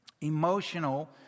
Emotional